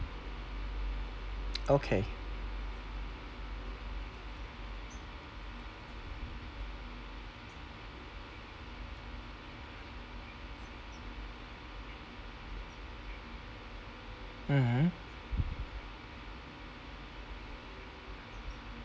okay mmhmm